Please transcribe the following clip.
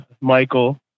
Michael